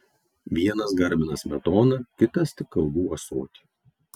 vienas garbina smetoną kitas tik kalbų ąsotį